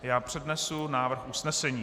Já přednesu návrh usnesení.